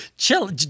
Chill